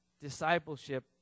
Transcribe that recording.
discipleship